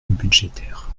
budgétaires